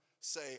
say